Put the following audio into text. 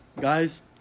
guys